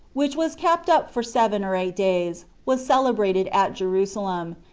which was kept up for seven or eight days, was celebrated at jerusalem,